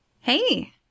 Hey